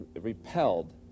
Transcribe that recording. repelled